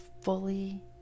fully